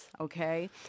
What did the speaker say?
Okay